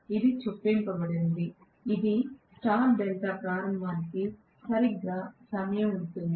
ఇది చొప్పించబడింది ఇది స్టార్ డెల్టా ప్రారంభానికి సరిగ్గా సమానంగా ఉంటుంది